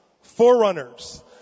forerunners